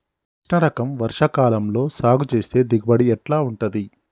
కృష్ణ రకం వర్ష కాలం లో సాగు చేస్తే దిగుబడి ఎట్లా ఉంటది?